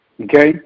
Okay